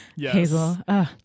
Hazel